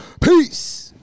Peace